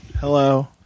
Hello